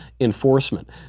enforcement